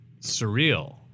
surreal